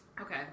Okay